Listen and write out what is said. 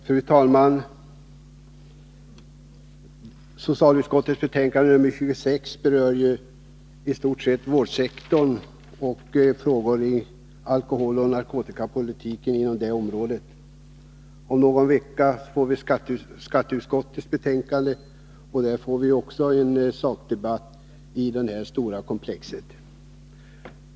Fru talman! Socialutskottets betänkande 26 berör i stort sett vårdsektorn och frågor inom det området som sammanhänger med alkoholoch narkotikapolitiken. Om någon vecka skall vi behandla skatteutskottets betänkande, och vi får också då tillfälle att föra en sakdebatt om detta stora frågekomplex.